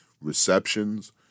receptions